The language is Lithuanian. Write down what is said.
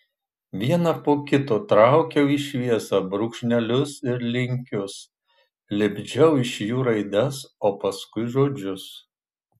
vieną po kito traukiau į šviesą brūkšnelius ir linkius lipdžiau iš jų raides o paskui žodžius